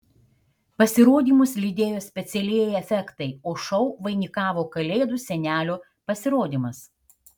pasirodymus lydėjo specialieji efektai o šou vainikavo kalėdų senelio pasirodymas